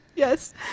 Yes